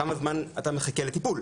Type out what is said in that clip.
כמה זמן אתה מחכה לטיפול,